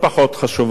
אדוני היושב-ראש,